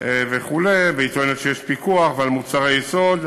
ביממה וכו', והיא טוענת שיש פיקוח על מוצרי יסוד.